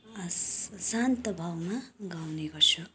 शान्त भावमा गाउने गर्छु